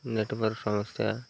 network ସମସ୍ୟା